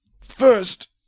first